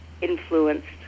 influenced